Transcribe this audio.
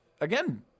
again